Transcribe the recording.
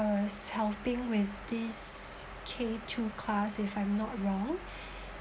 us helping with this k two class if I'm not wrong